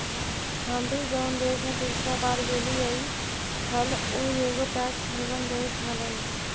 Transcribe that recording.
हम भी जऊन देश में पिछला बार गेलीअई हल ऊ एगो टैक्स हेवन देश हलई